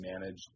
manage